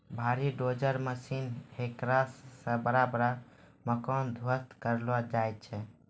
भारी dozer machine हेकरा से बड़ा बड़ा मकान ध्वस्त करलो जाय छै